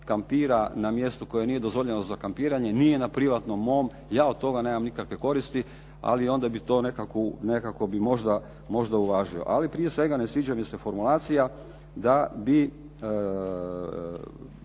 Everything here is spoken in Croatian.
kampira na mjestu koje nije dozvoljeno za kampiranje, nije na privatnom mom, ja od toga nemam nikakve koristi, ali onda bi to nekako bi možda uvažio. Ali prije svega ne sviđa mi se formulacija da bi